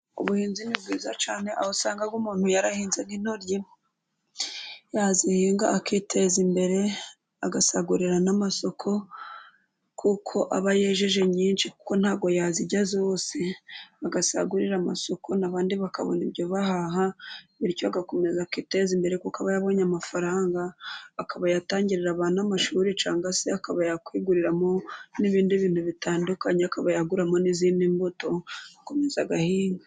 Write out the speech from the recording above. Ubuhinzi ni bwiza cyane, aho usanga umuntu yarahinze nk'intoryi, yazihinga akiteza imbere agasagurira n'amasoko kuko aba yejeje nyinshi, kuko ntabwo yazirya zose bagasagurira amasoko, n'abandi bakabona ibyo bahaha bityo agakomeza akiteza imbere kuko aba yabonye amafaranga, akaba yatangirira abantu n'amashuri cyangwa se akaba yakwiguriramo n'ibindi bintu bitandukanye, akaba yaguramo n'izindi mbuto agakomeza agahinga.